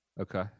Okay